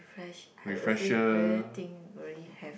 fresh do you think really have